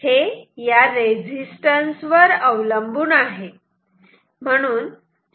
हे या रेझिस्टन्स वर अवलंबून आहे